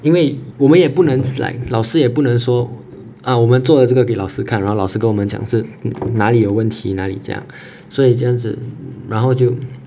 因为我们也不能 like 老师也不能说:lao shi bu neng shuo mm 我们做了这个给老师看然后老师给我们讲是哪里有问题哪里这样所以这样子然后就